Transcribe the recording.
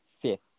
fifth